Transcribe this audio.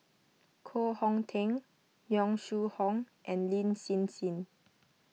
Koh Hong Teng Yong Shu Hoong and Lin Hsin Hsin